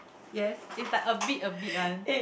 yes is like a bit a bit one